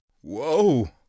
Whoa